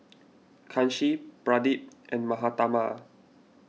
Kanshi Pradip and Mahatma